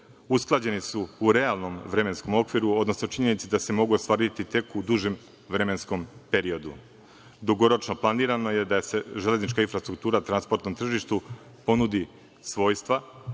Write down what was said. usklađeni su u realnom vremenskom okviru, odnosno činjenici da se mogu ostvariti u dužem vremenskom periodu. Dugoročno planirano je da se železnička infrastruktura na transportnom tržištu ponudi svojstva,